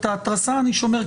את ההתרסה אני שומר,